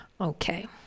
Okay